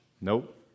nope